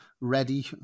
ready